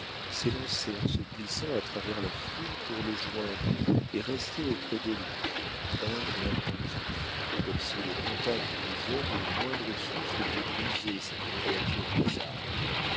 s'élançait en se glissant à travers la foule pour le joindre et restait auprès de lui tendre et attentif comme si le contact des hommes ou le moindre souffle dût briser cette créature bizarre